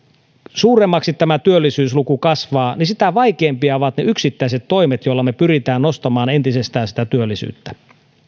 suuremmaksi tämä työllisyysluku kasvaa sitä vaikeampia ovat ne yksittäiset toimet joilla me pyrimme nostamaan entisestään sitä työllisyyttä